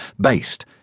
based